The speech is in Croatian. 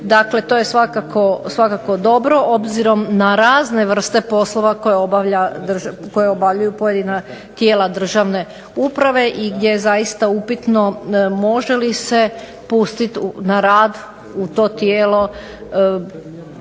Dakle, to je svakako dobro obzirom na razne vrste poslova koje obavljaju tijela državne uprave, i gdje zaista upitno može li se pustiti na rad u to tijelo